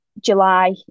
July